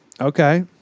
Okay